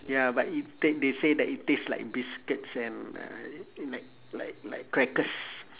ya but it they they say that it taste like biscuits uh and like like like crackers